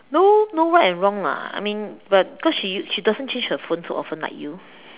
no no right and wrong lah I mean but cause she she doesn't change her phone so often like you